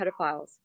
pedophiles